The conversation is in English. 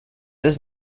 does